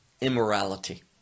immorality